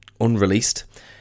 Unreleased